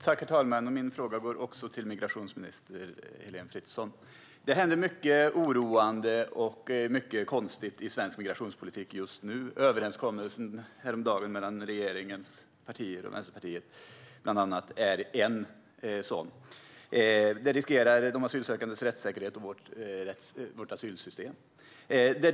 Herr talman! Min fråga går också till migrationsminister Heléne Fritzon. Det händer mycket som är oroande och konstigt i svensk migrationspolitik just nu. Överenskommelsen häromdagen mellan regeringspartierna och Vänsterpartiet är en sådan sak. Den riskerar de asylsökandes rättssäkerhet och vårt asylsystem.